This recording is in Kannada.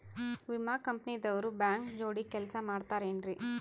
ವಿಮಾ ಕಂಪನಿ ದವ್ರು ಬ್ಯಾಂಕ ಜೋಡಿ ಕೆಲ್ಸ ಮಾಡತಾರೆನ್ರಿ?